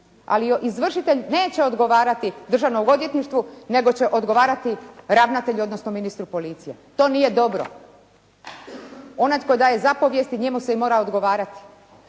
ali izvršitelj neće odgovarati Državnom odvjetništvu nego će odgovarati ravnatelju, odnosno ministru policije. To nije dobro. Onaj tko daje zapovijesti njemu se i mora odgovarati.